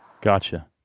Gotcha